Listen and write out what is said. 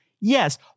Yes